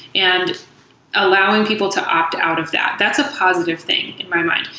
and allowing people to opt out of that. that's a positive thing in my mind,